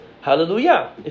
hallelujah